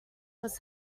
was